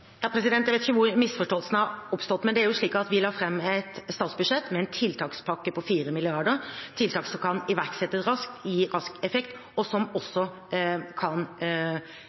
Jeg vet ikke hvor misforståelsen har oppstått, men det er jo slik at vi la fram et statsbudsjett med en tiltakspakke på 4 mrd. kr, tiltak som kan iverksettes raskt og gi rask effekt, og som også kan